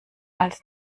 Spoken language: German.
als